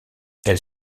elle